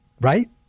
right